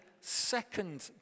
second